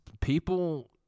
People